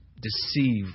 deceive